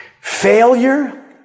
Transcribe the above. Failure